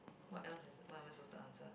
what else is what am I supposed to answer